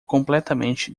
completamente